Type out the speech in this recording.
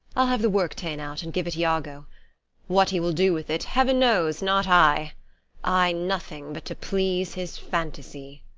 i'll have the work ta'en out, and give't iago what he will do with it heaven knows, not i i nothing but to please his fantasy.